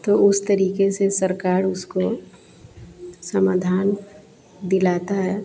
तो उस तरीक़े से सरकार उसको समाधान दिलाती है